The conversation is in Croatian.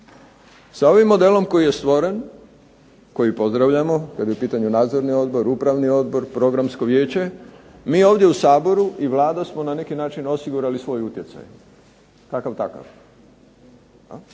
Sa ovim modelom koji je stvoren koji pozdravljamo kada je u pitanju nadzorni odbor, upravni odbor, Programsko vijeće. Mi ovdje u Saboru i Vlada smo na neki način osigurali svoj utjecaj kakav takav.